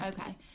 okay